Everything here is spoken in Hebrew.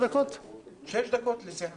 גם